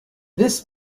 this